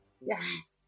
Yes